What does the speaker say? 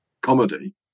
comedy